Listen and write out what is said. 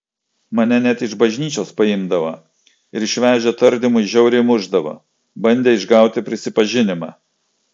mane net iš bažnyčios paimdavo ir išvežę tardymui žiauriai mušdavo bandė išgauti prisipažinimą